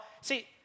see